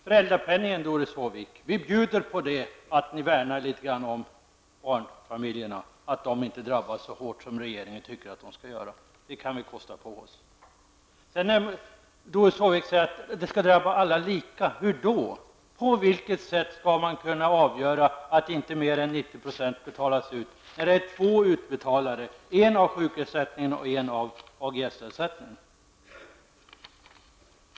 Föräldrapenningen bjuder vi på, Doris Håvik, därför att ni något värnar om barnfamiljerna. Med utskottets förslag drabbas de inte så hårt som tydligen regeringen vill att de skall göra. Doris Håvik säger vidare att alla skall drabbas lika i det nya sjukförsäkringssystemet. Hur då? frågar jag. På vilket sätt skall det kunna avgöras att inte mer än 90 % av lönen betalas ut vid sjukdom när det sker två utbetalningar, en genom sjukförsäkringen och en i form av AGS-ersättning.